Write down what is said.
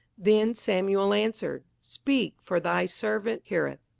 then samuel answered, speak, for thy servant heareth.